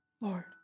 Lord